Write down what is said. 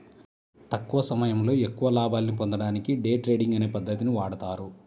తక్కువ సమయంలో ఎక్కువ లాభాల్ని పొందడానికి డే ట్రేడింగ్ అనే పద్ధతిని వాడతారు